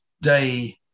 day